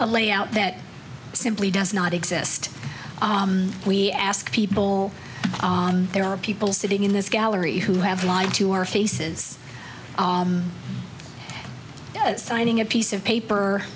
layout that simply does not exist we ask people there are people sitting in this gallery who have lied to our faces signing a piece of paper